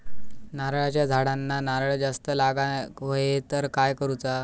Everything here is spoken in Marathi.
नारळाच्या झाडांना नारळ जास्त लागा व्हाये तर काय करूचा?